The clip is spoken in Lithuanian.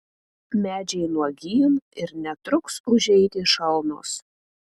medžiai nuogyn ir netruks užeiti šalnos